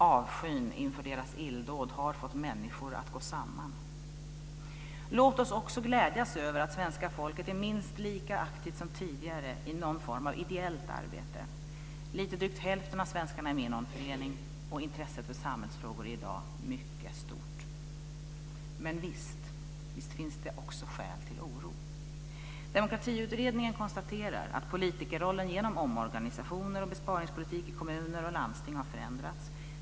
Avskyn för deras illdåd har fått människor att gå samman. Låt oss också glädjas över att svenska folket är minst lika aktivt som tidigare i någon form av ideellt arbete. Lite drygt hälften av svenskarna är med i någon förening, och intresset för samhällsfrågor är i dag mycket stort. Men visst finns det också skäl till oro. Demokratiutredningen konstaterar att politikerrollen genom omorganisationer och besparingspolitik i kommuner och landsting har förändrats.